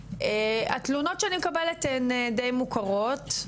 התלונות שאני מקבלת הן די מוכרות,